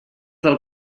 del